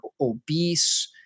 obese